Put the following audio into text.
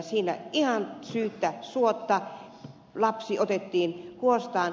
siinä ihan syyttä suotta lapsi otettiin huostaan